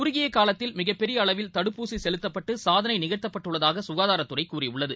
குறுகியகாலத்தில் மிகப்பெரிய அளவில் தடுப்பூசிசெலுத்தப்பட்டுசாதனைநிகழ்த்தப்பட்டுள்ளதாகசுகாதாரத்துறைகூறியுள்ளது